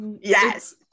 yes